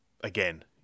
again